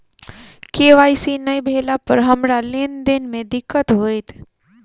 KYC नै भेला पर हमरा लेन देन मे दिक्कत होइत?